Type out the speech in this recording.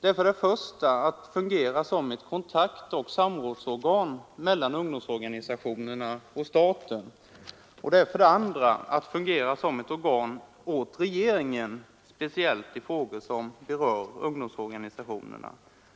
För det första fungerar det som ett kontaktoch samrådsorgan mellan ungdomsorganisationerna och staten. För det andra fungerar rådet som ett organ åt regeringen, speciellt i frågor som rör ungdomsorganisationerna.